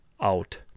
out